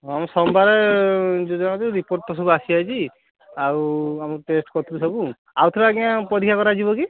ମୁଁ ସୋମବାରେ ଯିବା ରିପୋର୍ଟ୍ ତ ସବୁ ଆସିଯାଇଛି ଆଉ ଆମେ ଟେଷ୍ଟ୍ କରିଥିଲୁ ସବୁ ଆଉଥରେ ଆଜ୍ଞା ପରୀକ୍ଷା କରାଯିବ କି